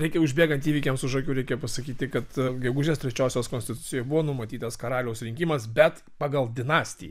reikia užbėgant įvykiams už akių reikia pasakyti kad gegužės trečiosios konstitucijoj buvo numatytas karaliaus rinkimas bet pagal dinastiją